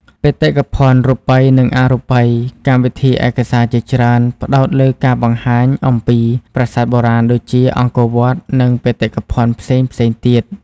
បេតិកភណ្ឌរូបី និងអរូបី កម្មវិធីឯកសារជាច្រើនផ្តោតលើការបង្ហាញអំពី ប្រាសាទបុរាណ ដូចជា អង្គរវត្ត និងបេតិកភណ្ឌផ្សេងៗទៀត។